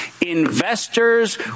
Investors